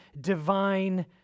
divine